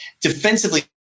defensively